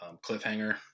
cliffhanger